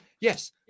Yes